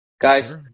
guys